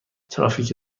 ترافیک